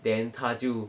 then 他就